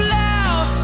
loud